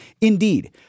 indeed